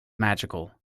magical